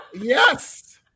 yes